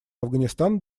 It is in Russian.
афганистан